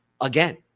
again